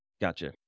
gotcha